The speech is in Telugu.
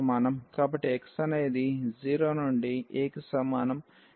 కాబట్టి x అనేది 0 నుండి a కి సమానం